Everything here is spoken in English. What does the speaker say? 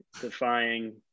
defying